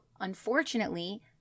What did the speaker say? unfortunately